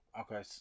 Okay